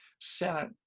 senate